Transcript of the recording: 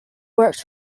works